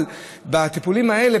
אבל בטיפולים האלה,